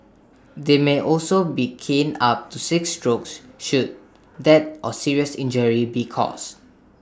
they may also be caned up to six strokes should death or serious injury be caused